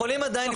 הם יכולים עדיין.